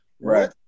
Right